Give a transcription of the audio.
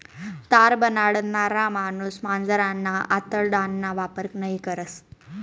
तार बनाडणारा माणूस मांजरना आतडाना वापर नयी करस